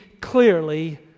clearly